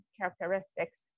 characteristics